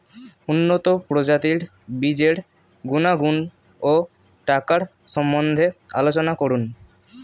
উন্নত প্রজাতির বীজের গুণাগুণ ও টাকার সম্বন্ধে আলোচনা করুন